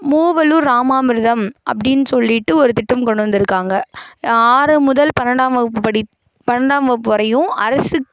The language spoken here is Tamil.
மூவலூர் ராமாமிர்தம் அப்படினு சொல்லிவிட்டு ஒரு திட்டம் கொண்டு வந்திருக்காங்க ஆறு முதல் பன்ரெண்டாம் வகுப்பு படி பன்ரெண்டாம் வகுப்பு வரையும் அரசு